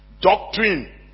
Doctrine